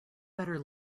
better